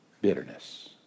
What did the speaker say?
bitterness